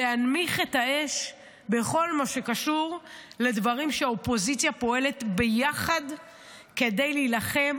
להנמיך את האש בכל מה שקשור לדברים שהאופוזיציה פועלת ביחד כדי להילחם